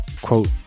quote